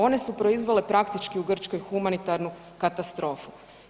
One su proizvele praktički u Grčkoj humanitarnu katastrofu.